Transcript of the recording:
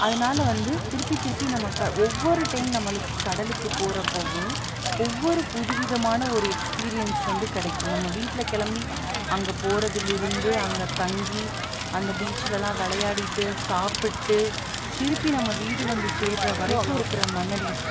அதனால் வந்து திருப்பித் திருப்பி நமக்கு ஒவ்வொரு டைம் நம்மளுக்குக் கடலுக்குப் போகிறப்போவும் ஒவ்வொரு புதுவிதமான ஒரு எக்ஸ்பீரியன்ஸ் வந்து கிடைக்கும் நம்ம வீட்டில் கிளம்பி அங்கே போகிறதுலிருந்து அங்கே தங்கி அந்த பீச்லலாம் விளையாடிட்டு சாப்பிட்டு திருப்பி நம்ம வீடு வந்து சேர்கிற வரைக்கும் இருக்கிற மெமரிஸ்